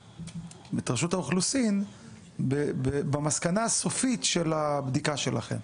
האוכלוסין במסקנה הסופית של הבדיקה שלכם.